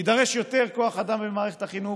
יידרש יותר כוח אדם במערכת החינוך.